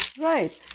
right